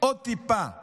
עוד טיפה לשרוד,